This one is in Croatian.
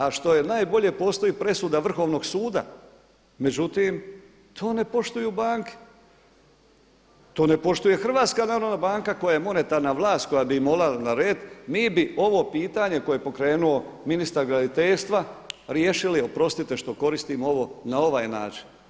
A što je najbolje postoji presuda Vrhovnog suda međutim to ne poštuju banke, to ne poštuje HNB koja je monetarna vlast koja bi im mogla narediti, mi bi ovo pitanje koje je pokrenuo ministar graditeljstva riješili oprostite što koristim ovo na ovaj način.